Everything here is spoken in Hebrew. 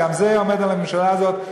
גם זה עומד לממשלה הזאת,